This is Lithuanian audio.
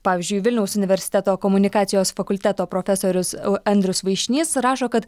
pavyzdžiui vilniaus universiteto komunikacijos fakulteto profesorius andrius vaišnys rašo kad